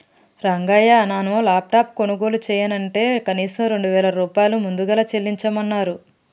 రంగయ్య నాను లాప్టాప్ కొనుగోలు చెయ్యనంటే కనీసం రెండు వేల రూపాయలు ముదుగలు చెల్లించమన్నరు